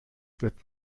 wird